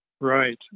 Right